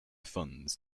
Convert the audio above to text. funds